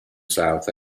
south